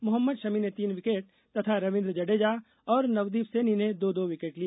मोहम्मद शमी ने तीन विकेट तथा रविन्द्र जडेजा और नवदीप सैनी ने दो दो विकेट लिए